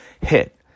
hit